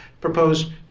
proposed